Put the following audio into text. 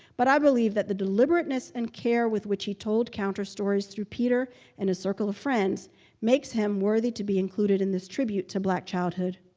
but i believe that the deliberateness and care with which he told counterstories through peter and his circle of friends makes him worthy to be included in this tribute to black childhood.